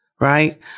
Right